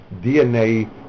DNA